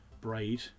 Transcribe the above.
Braid